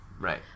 Right